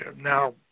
Now